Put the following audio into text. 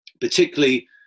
Particularly